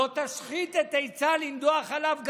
"לא תשחית את עצה לִנְדֹּחַ עליו גרזן".